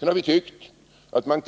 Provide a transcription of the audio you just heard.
Vi har tyckt att man